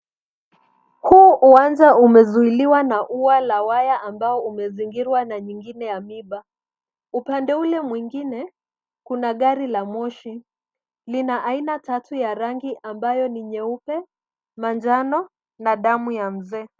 Huu uwanja umezuiliwa na ua la waya ambao umezingirwa na nyingine ya miiba. Upande ule mwingine, kuna gari la moshi. Lina aina tatu ya rangi ambayo ni nyeupe, majano na damu ya mzee.